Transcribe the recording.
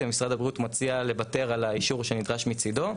משרד הבריאות מציע לוותר על האישור שנדרש מצידו,